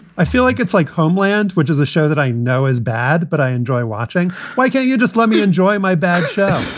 i feel like it's like homeland, which is the show that i know is bad, bad, but i enjoy watching why can't you just let me enjoy my bad show?